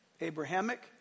Abrahamic